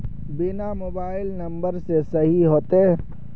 बिना mobile number से नहीं होते?